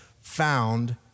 found